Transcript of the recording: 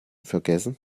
vergessen